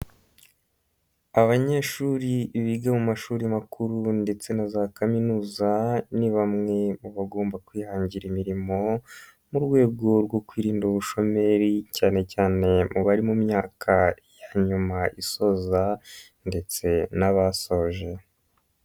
Abanyeshuri biga mu mashuri makuru ndetse na za kaminuza, ni bamwe mu bagomba kwihangira imirimo, mu rwego rwo kwirinda ubushomeri, cyane cyane mu bari mu myaka ya nyuma isoza ndetse n'abasoje.